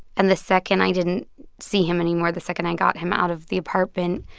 and the second i didn't see him anymore, the second i got him out of the apartment,